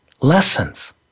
lessons